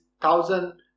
thousand